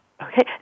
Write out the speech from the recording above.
Okay